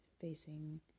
facing